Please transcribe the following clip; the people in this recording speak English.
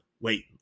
Wait